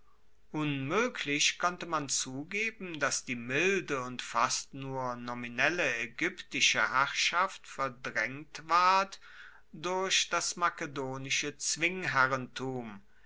unmoeglich konnte man zugeben dass die milde und fast nur nominelle aegyptische herrschaft verdraengt ward durch das makedonische zwingherrentum